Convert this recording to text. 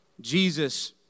Jesus